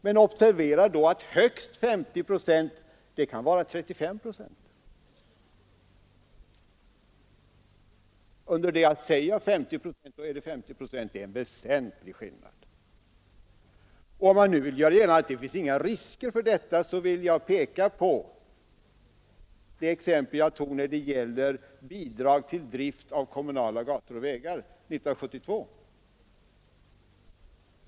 Men observera att högst 50 procent kan vara 35 procent, men säger jag 50 procent är det också 50 procent. Det är en väsentlig skillnad. Om man vill göra gällande att det inte finns några risker för detta, vill jag peka på det exempel jag tog när det gällde bidrag till drift av kommunala gator och vägar 1972.